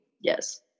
Yes